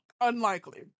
Unlikely